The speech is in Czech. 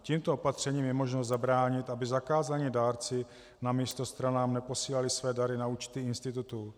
Tímto opatřením je možno zabránit, aby zakázaní dárci namísto stranám neposílali své dary na účty institutů.